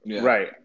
Right